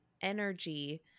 energy